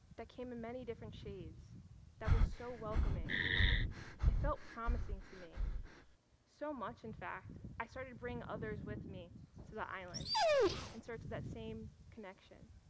that came in many different shades that was so welcoming it felt promising to me so much, in fact, i started to bring others with me to the island in search of that same connection.